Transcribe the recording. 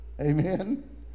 Amen